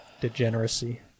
Degeneracy